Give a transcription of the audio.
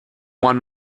one